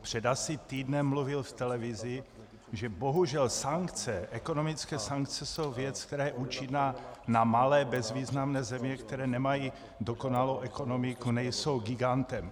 Asi před týdnem mluvil v televizi, že bohužel sankce, ekonomické sankce, jsou věc, která je účinná na malé bezvýznamné země, které nemají dokonalou ekonomiku, nejsou gigantem.